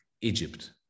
Egypt